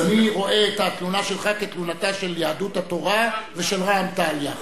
אז אני רואה את התלונה שלך כתלונתה של יהדות התורה ושל רע"ם-תע"ל יחד.